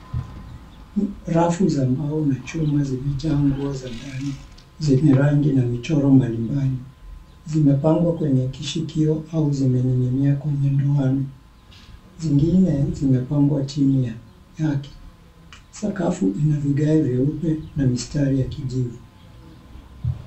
Rafu za mbao na chuma zimejaa nguo za ndani, zenye rangi na michoro mbalimbali, zimepambwa kwenye kishikio au zimening'inia kwenye ndoano, zingine zimepambwa chini yake. Sakafu ina vigai vyeupe na mistari ya kijivu.